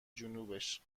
جنوبش